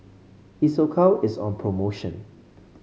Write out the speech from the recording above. Isocal is on promotion